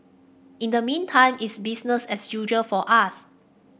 in the meantime it's business as usual for us